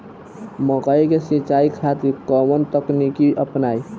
मकई के सिंचाई खातिर कवन तकनीक अपनाई?